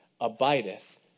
abideth